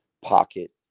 pocket